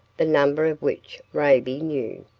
the number of which raibey knew.